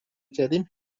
کردیم